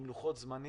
עם לוחות זמנים,